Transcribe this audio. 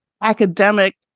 academic